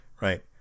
right